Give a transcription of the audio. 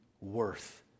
worth